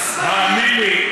האמן לי,